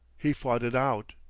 he fought it out.